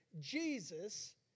Jesus